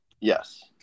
yes